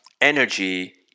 Energy